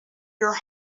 your